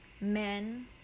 men